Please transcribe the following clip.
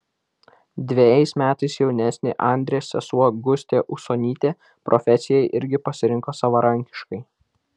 dvejais metais jaunesnė andrės sesuo gustė usonytė profesiją irgi pasirinko savarankiškai